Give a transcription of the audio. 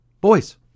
boys